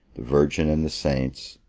the virgin and the saints,